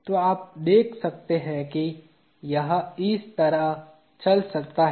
अगर मैं इसे हटा दूं तो आप देख सकते हैं कि यह इस तरह चल सकता है